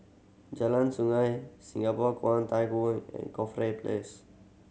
Jalan Sungei Singapore Kwangtung Hui and Corfe Place